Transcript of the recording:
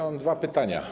Mam dwa pytania.